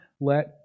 let